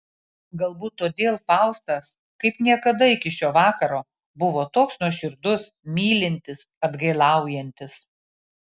galbūt todėl faustas kaip niekada iki šio vakaro buvo toks nuoširdus mylintis atgailaujantis